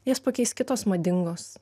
jas pakeis kitos madingos